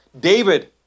David